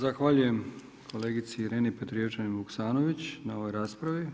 Zahvaljujem kolegici Ireni Petrijevčanin-Vuksanović na ovoj raspravi.